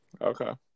Okay